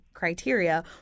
criteria